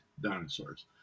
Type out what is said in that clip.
dinosaurs